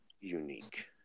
unique